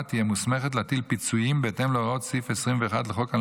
תהיה מוסמכת להטיל פיצויים בהתאם להוראות סעיף 21 לחוק על